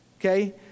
okay